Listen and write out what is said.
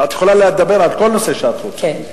את יכולה לדבר על מה שאת רוצה, כן.